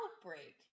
outbreak